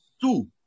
Two